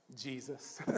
Jesus